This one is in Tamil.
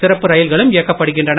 சிறப்பு ரயில்களும் இயக்கப்படுகின்றன